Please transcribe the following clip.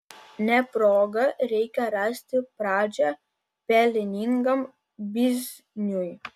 ne progą reikia rasti pradžią pelningam bizniui